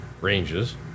ranges